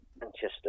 manchester